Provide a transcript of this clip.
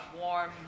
warm